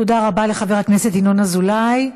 תודה רבה לחבר הכנסת ינון אזולאי.